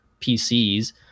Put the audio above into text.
PCs